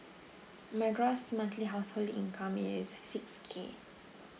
my gross monthly household income is six K